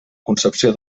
concepció